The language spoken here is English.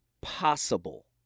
Possible